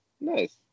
nice